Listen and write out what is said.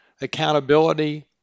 accountability